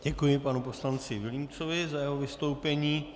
Děkuji panu poslanci Vilímcovi za jeho vystoupení.